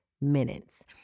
minutes